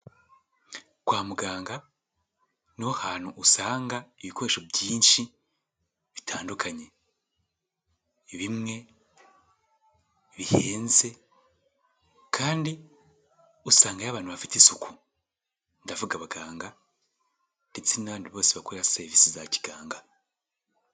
Kwa muganga ni ho hantu usanga ibikoresho byinshi bitandukanye. Bimwe bihenze kandi usangayo abantu bafite isuku. Ndavuga abaganga ndetse n'abandi bose bakoresha serivisi za kiganga.